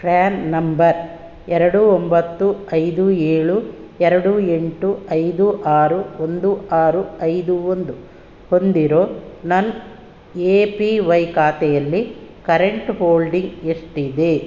PRAN number ಎರಡು ಒಂಬತ್ತು ಐದು ಏಳು ಎರಡು ಎಂಟು ಐದು ಆರು ಒಂದು ಆರು ಐದು ಒಂದು ಹೊಂದಿರೋ ನನ್ನ ಎ ಪಿ ವೈ ಖಾತೆಯಲ್ಲಿ ಕರೆಂಟ್ ಹೋಲ್ಡಿಂಗ್ ಎಷ್ಟಿದೆ